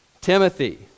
Timothy